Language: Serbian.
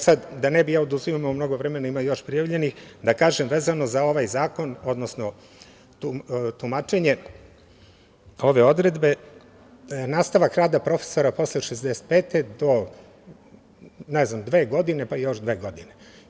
Sada, da ne bi ja oduzimao mnogo vremena, ima još prijavljenih, da kažem vezano za ovaj zakon, odnosno tumačenje ove odredbe - nastavak rada profesora posle 65 do, ne znam, dve godine, pa još dve godine.